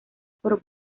por